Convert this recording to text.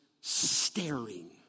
staring